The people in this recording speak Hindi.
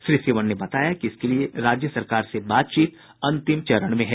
श्री सिवन ने बताया कि इसके लिये राज्य सरकार से बातचीत अंतिम चरण में है